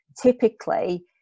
typically